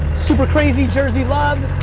super crazy jersey love.